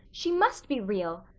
she must be real.